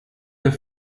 der